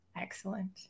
Excellent